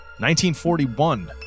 1941